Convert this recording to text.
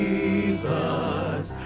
Jesus